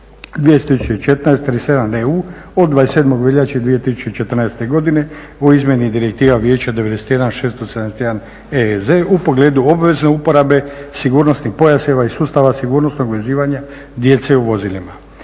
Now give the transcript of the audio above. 2014/37 EU od 27.veljače 2014.godine o izmjenama Direktive Vijeća 91/671 EEZ u pogledu obveze uporabe sigurnosnih pojaseva i sustava sigurnosnog vezivanja djece u vozilima.